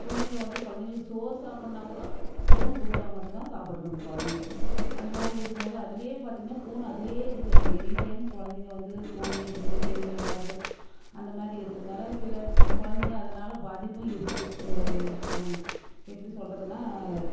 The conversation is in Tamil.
பிள்ளைங்க வந்து குழந்தைங்களுக்கு சோறு சாப்பிட்ணுன்னா கூட ஃபோன் கொடுத்தா மட்டும் தான் சாப்பிடுதுங்க குழந்தைங்க அந்த மாதிரி இருக்கும் போது அதுலேயே பார்த்தீங்கன்னா ஃபோன் அதுலேயே இருக்கு எனி டைம் குழந்தைங்க வந்து ஃபோன்லேயே இருக்கிறது கேம் விளாட்டுறது அந்த மாதிரி இருக்கறதுனால் சில குழந்தைங்க அதனால் பாதிப்பும் இருக்குது எப்படி சொல்கிறதுன்னா